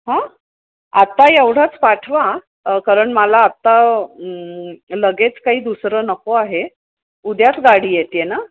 हां आता एवढंच पाठवा कारण मला आता लगेच काही दुसरं नको आहे उद्याच गाडी येते आहे ना